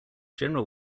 general